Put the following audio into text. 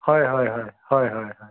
হয় হয় হয় হয় হয় হয়